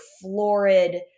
florid